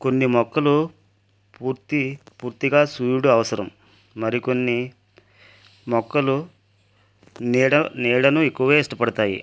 కొన్ని మొక్కలు పూర్తి పూర్తిగా సూర్యుడు అవసరం మరికొన్ని మొక్కలు నీడ నీడను ఎక్కువగా ఇష్టపడతాయి